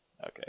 Okay